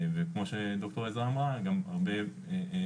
וכמו שדוקטור עזרא אמרה גם הרבה הכשרות